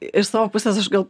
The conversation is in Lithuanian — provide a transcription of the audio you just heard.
iš savo pusės aš gal